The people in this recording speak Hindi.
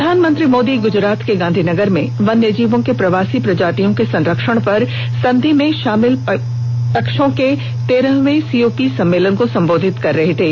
प्रधानमंत्री मोदी गुजरात के गांधीनगर में वन्य जीवों की प्रवासी प्रजातियों के संरक्षण पर संधि में शामिल पक्षों के तेरहवें सीओपी सम्मेलन को संबोधित कर रहे थे